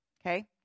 okay